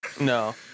No